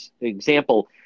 example